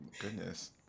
Goodness